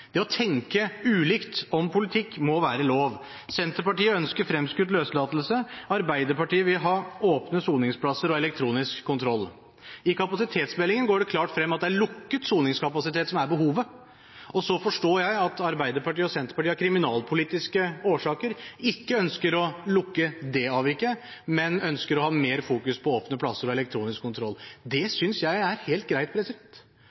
Det å tenke ulikt om politikk må være lov. Senterpartiet ønsker fremskutt løslatelse, Arbeiderpartiet vil ha åpne soningsplasser og elektronisk kontroll. I kapasitetsmeldingen går det klart frem at det er lukket soningskapasitet som er behovet, og så forstår jeg at Arbeiderpartiet og Senterpartiet av kriminalpolitiske årsaker ikke ønsker å lukke det avviket, men ønsker å ha mer fokus på åpne plasser og elektronisk kontroll. Det synes jeg er helt greit,